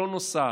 שלא נוסעת.